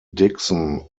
dixon